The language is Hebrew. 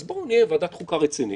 אז בואו נהיה ועדת חוקה רצינית,